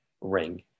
ring